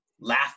laugh